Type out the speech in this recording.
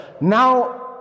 now